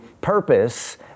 purpose